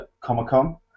Comic-Con